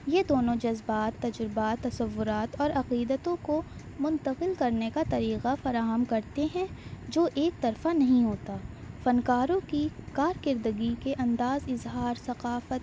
یہ دونوں جذبات تجربات تصورات اور عقیدتوں کو منتقل کرنے کا طریقہ فراہم کرتے ہیں جو ایک طرفہ نہیں ہوتا فنکاروں کی کارکردگی کے انداز اظہار ثقافت